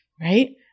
right